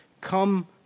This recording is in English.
come